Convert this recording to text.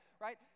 right